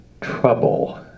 trouble